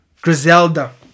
Griselda